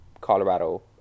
Colorado